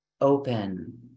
open